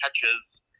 catches